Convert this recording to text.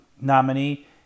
nominee